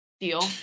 Deal